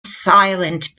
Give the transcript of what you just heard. silent